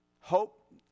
Hope